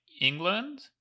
England